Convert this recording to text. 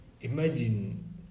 imagine